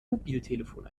mobiltelefon